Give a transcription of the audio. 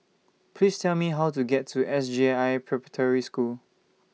Please Tell Me How to get to S J I Preparatory School